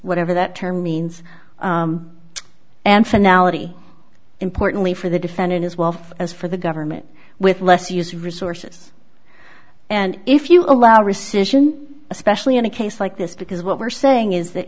whatever that term means and finale importantly for the defendant as well as for the government with less use resources and if you allow rescission especially in a case like this because what we're saying is that